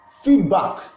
feedback